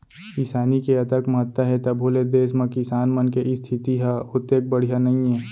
किसानी के अतेक महत्ता हे तभो ले देस म किसान मन के इस्थिति ह ओतेक बड़िहा नइये